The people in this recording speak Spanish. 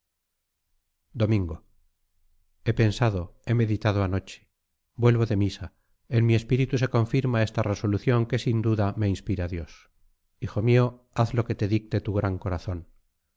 domingo he pensado he meditado anoche vuelvo de misa en mi espíritu se confirma esta resolución que sin duda me inspira dios hijo mío haz lo que te dicte tu gran corazón